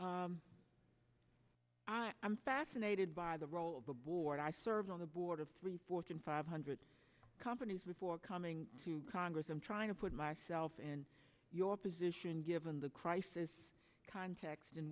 i'm fascinated by the role of the board i served on the board of three fortune five hundred companies before coming to congress i'm trying to put myself in your position given the crisis context in